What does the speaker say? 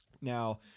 Now